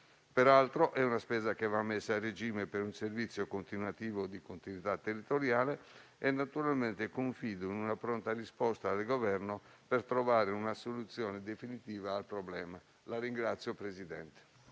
Peraltro, è una spesa che va messa a regime per un servizio continuativo di continuità territoriale. Confido in una pronta risposta dal Governo per trovare una soluzione definitiva al problema.